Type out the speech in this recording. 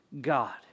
God